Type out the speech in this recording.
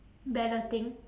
balloting